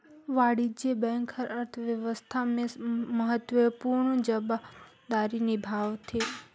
वाणिज्य बेंक हर अर्थबेवस्था में महत्वपूर्न जवाबदारी निभावथें